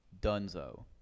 dunzo